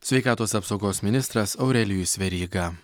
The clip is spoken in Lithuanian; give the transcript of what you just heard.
sveikatos apsaugos ministras aurelijus veryga